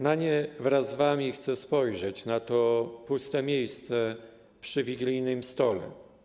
Na nie wraz z wami chcę spojrzeć, na to puste miejsce przy wigilijnym stole.